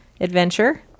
adventure